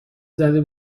زده